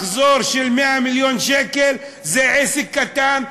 מחזור של 100 מיליון שקל זה עסק קטן,